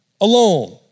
alone